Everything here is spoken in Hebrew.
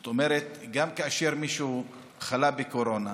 זאת אומרת, גם כאשר מישהו חלה בקורונה